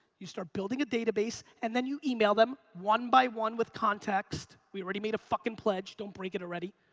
you start building a database and then you email them one by one with context. we already made a fucking pledge don't break it already.